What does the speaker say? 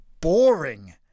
boring